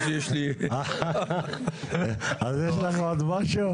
אז יש לי אז יש לך עוד משהו?